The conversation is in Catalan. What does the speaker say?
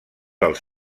els